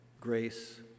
grace